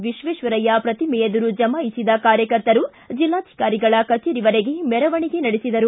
ವಿಕ್ವೇಶ್ವಯ್ಯ ಪ್ರತಿಮೆ ಎದುರು ಜಮಾಯಿಸಿದ ಕಾರ್ಯಕರ್ತರು ಜಿಲ್ಲಾಧಿಕಾರಿಗಳ ಕಚೇರಿವರೆಗೆ ಮೆರವಣಿಗೆ ನಡೆಸಿದರು